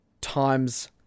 times